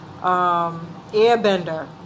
Airbender